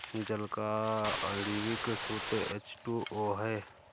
जल का आण्विक सूत्र एच टू ओ है